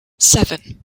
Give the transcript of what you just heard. seven